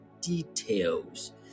details